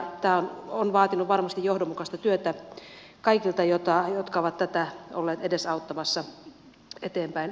tämä on vaatinut varmasti johdonmukaista työtä kaikilta jotka ovat tätä olleet edesauttamassa eteenpäin